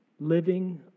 living